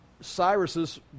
Cyrus's